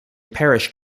parish